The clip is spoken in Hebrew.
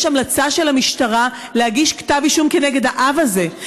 יש המלצה של המשטרה להגיש כתב אישום כנגד האב הזה,